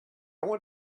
want